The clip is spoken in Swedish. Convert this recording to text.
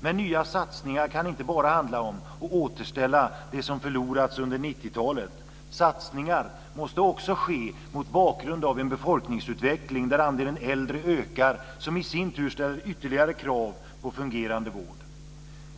Men nya satsningar kan inte bara handla om att återställa det som har förlorats under 90-talet. Satsningar måste också ske mot bakgrund av en befolkningsutveckling där andelen äldre ökar, vilket i sin tur ställer ytterligare krav på fungerande vård.